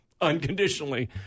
unconditionally